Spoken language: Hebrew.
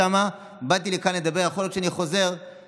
שר המשפטים מדבר על דמוקרטיה.